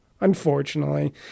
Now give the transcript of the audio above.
Unfortunately